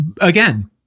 again